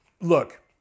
look